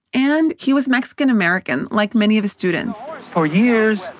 and he was mexican-american, like many of his students for years,